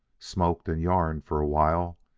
smoked and yarned for a while,